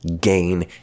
gain